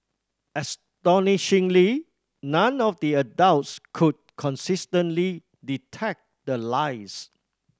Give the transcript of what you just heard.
astonishingly none of the adults could consistently detect the lies